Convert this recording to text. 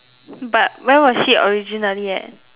but where was she originally at